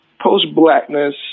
post-blackness